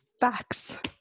facts